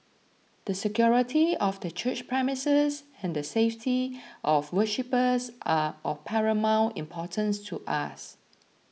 the security of the church premises and the safety of our worshippers are of paramount importance to us